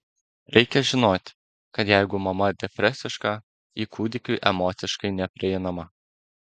reikia žinoti kad jeigu mama depresiška ji kūdikiui emociškai neprieinama